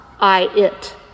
I-it